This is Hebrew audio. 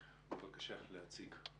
בבקשה, להציג.